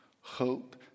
hope